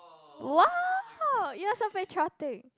!wow! ya some very tragic